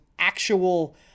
actual